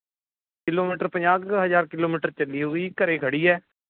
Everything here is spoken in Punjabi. ਕਿਲੋਮੀਟਰ ਪੰਜਾਹ ਕੁ ਹਜ਼ਾਰ ਕਿਲੋਮੀਟਰ ਚੱਲੀ ਹੋਵੇਗੀ ਜੀ ਘਰ ਖੜ੍ਹੀ ਹੈ